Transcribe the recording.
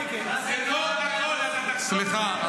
--- סליחה.